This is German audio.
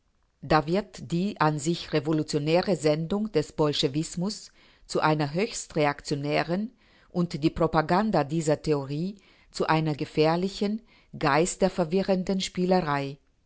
da wird die an sich revolutionäre sendung des bolschewismus zu einer höchst reaktionären und die propaganda dieser theorie zu einer gefährlichen geisterverwirrenden spielerei